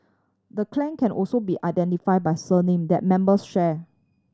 the clan can also be identify by surname that members share